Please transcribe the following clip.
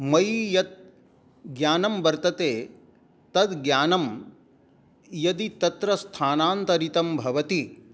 मयि यत् ज्ञानं वर्तते तद् ज्ञानं यदि तत्र स्थानान्तरितं भवति